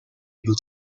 able